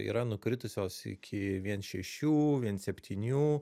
yra nukritusios iki viens šešių septynių